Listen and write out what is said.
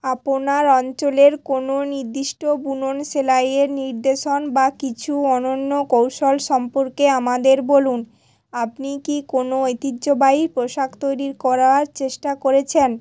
আপোনার অঞ্চলের কোনো নিদ্দিষ্ট বুনন সেলাইয়ের নির্দেশন বা কিছু অনন্য কৌশল সম্পর্কে আমাদের বলুন আপনি কি কোনো ঐতিহ্যবাহী পোশাক তৈরির করার চেষ্টা করেছেন